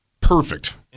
perfect